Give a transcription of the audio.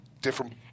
different